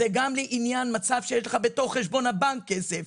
זה גם לעניין מצב שיש לך בתוך חשבון הבנק כסף.